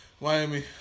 Miami